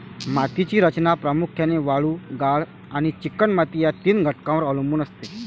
मातीची रचना प्रामुख्याने वाळू, गाळ आणि चिकणमाती या तीन घटकांवर अवलंबून असते